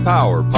Power